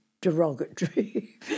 derogatory